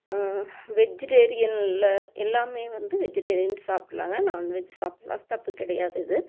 வெஜிடேரியனில் எல்லாம் வந்து வெஜிடேரியன்ஸ் சாப்பிட்லாங்க நான்வெஜ் சாப்பிட்லாம் தப்பு கிடையாது இது